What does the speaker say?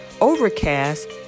Overcast